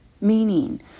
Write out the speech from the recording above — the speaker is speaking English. meaning